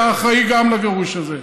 אתה אחראי גם לגירוש הזה.